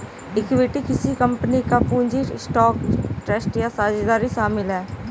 equity किसी company का पूंजी स्टॉक ट्रस्ट या साझेदारी शामिल है